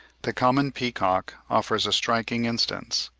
the common peacock offers a striking instance.